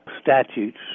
statutes